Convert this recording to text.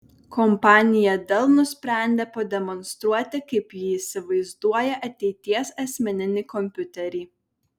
kompanija dell nusprendė pademonstruoti kaip ji įsivaizduoja ateities asmeninį kompiuterį